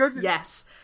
Yes